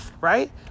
right